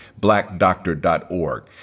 blackdoctor.org